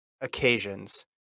occasions